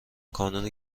کانون